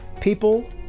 people